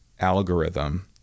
algorithm